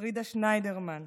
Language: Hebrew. לפרידה שניידרמן,